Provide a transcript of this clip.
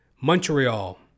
Montreal